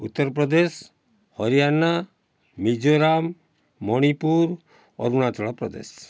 Uttar Pradesh Haryana Mizoram Manipur Arunachal Pradesh